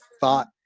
thought